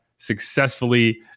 successfully